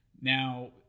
Now